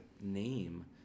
name